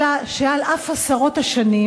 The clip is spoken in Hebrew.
אלא שעל אף עשרות השנים,